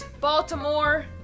Baltimore